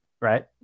Right